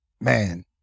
Man